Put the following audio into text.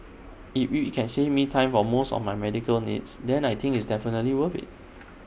if we we can save me time for most of my medical needs then I think IT is definitely worth IT